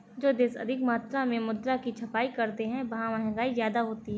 जो देश अधिक मात्रा में मुद्रा की छपाई करते हैं वहां महंगाई ज्यादा होती है